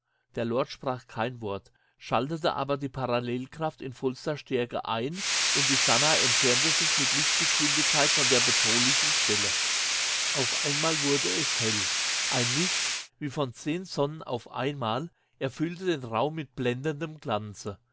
der lord sprach kein wort schaltete aber die parallelkraft in vollster stärke ein und die sannah entfernte sich mit lichtgeschwindigkeit von der bedrohlichen stelle auf einmal wurde es hell ein licht wie von zehn sonnen auf einmal erfüllte den raum mit blendendem glanze